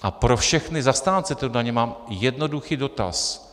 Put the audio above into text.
A pro všechny zastánce této daně mám jednoduchý dotaz.